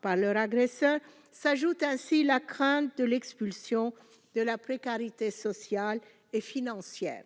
par leur agresseur s'ajoute ainsi la crainte de l'expulsion de la précarité sociale et financière